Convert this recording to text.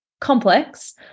Complex